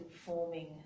forming